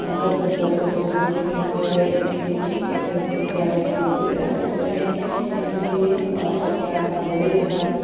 प्रस्तुत गरेको छु जस्तै कि म एउटा एनसिसि एक्स एनसिसि क्याडेट थिए त्यसरी नै एनसिसि क क्याम्पमा धेरै यस्ता